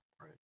right